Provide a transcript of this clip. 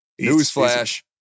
Newsflash